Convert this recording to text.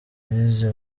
bize